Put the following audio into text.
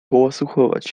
połasuchować